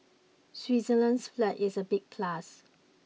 Switzerland's flag is a big plus